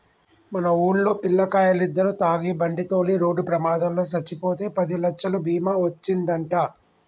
మన వూల్లో పిల్లకాయలిద్దరు తాగి బండితోలి రోడ్డు ప్రమాదంలో సచ్చిపోతే పదిలచ్చలు బీమా ఒచ్చిందంట